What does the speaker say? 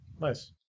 Nice